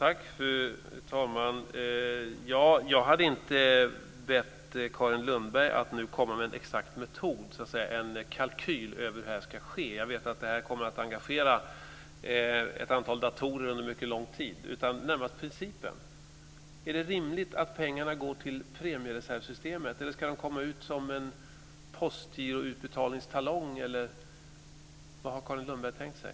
Fru talman! Jag hade inte bett Carin Lundberg att nu komma med en exakt metod eller en kalkyl för hur det ska ske. Jag vet att det här kommer att engagera ett antal datorer under mycket lång tid. Det var närmast principen jag frågade efter: Är det rimligt att pengarna går till premiereservssystemet, eller ska det komma en postgiroutbetalningstalong? Vad har Carin Lundberg tänkt sig?